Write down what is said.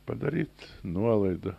padaryt nuolaidą